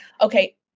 okay